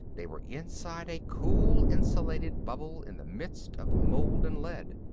they were inside a cool, insulated bubble in the midst of molten lead.